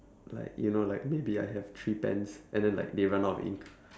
like you know like maybe I have three pens and then like they run out of ink